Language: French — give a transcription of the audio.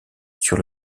sur